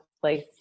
place